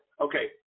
Okay